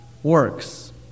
Works